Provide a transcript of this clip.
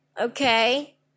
okay